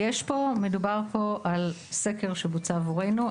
אז שוב: מדובר פה על סקר שבוצע עבורנו.